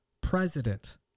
president